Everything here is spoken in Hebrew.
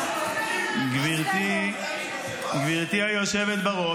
אסור --- גברתי היושבת בראש,